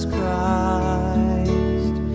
Christ